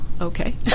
Okay